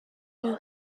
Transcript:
for